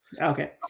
Okay